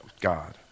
God